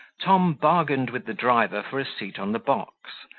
tom bargained with the driver for a seat on the box,